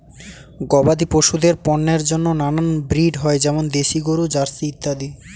গবাদি পশুদের পণ্যের জন্য নানান ব্রিড হয়, যেমন দেশি গরু, জার্সি ইত্যাদি